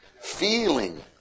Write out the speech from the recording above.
feeling